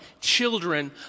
children